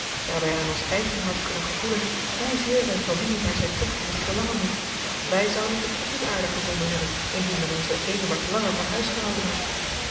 wij aan ons eigen hart kunnen gevoelen hoezeer zijn familie naar zijn terugkomst verlangen moet wij zonden het ook niet aardig gevonden hebben indien men onzen eduard langer van huis gehouden had